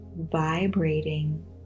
vibrating